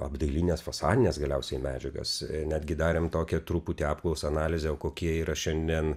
apdailines fasadines galiausiai medžiagas netgi darėm tokią truputį apklausą analizę o kokie yra šiandien